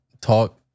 talk